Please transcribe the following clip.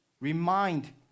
remind